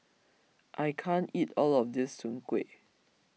I can't eat all of this Soon Kueh